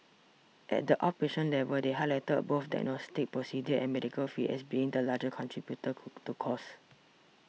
at the outpatient level they highlighted both diagnostic procedures and medical fees as being the largest contributor to costs